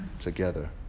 together